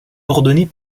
ordonnée